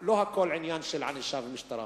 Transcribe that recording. לא הכול עניין של ענישה ומשטרה,